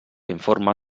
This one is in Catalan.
informa